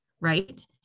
right